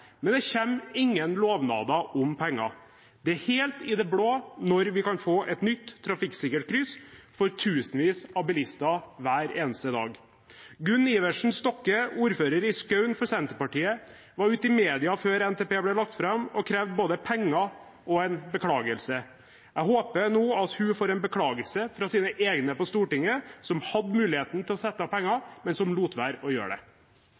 Men det kommer ingen lovnader om penger. Det er helt i det blå når vi kan få et nytt trafikksikkert kryss for tusenvis av bilister hver eneste dag. Gunn Iversen Stokke, ordfører i Skaun fra Senterpartiet, var ute i media før NTP ble lagt fram, og krevde både penger og en beklagelse. Jeg håper nå at hun får en beklagelse fra sine egne på Stortinget, som hadde muligheten til å sette av penger, men som lot være å gjøre det.